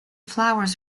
flowers